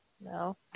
No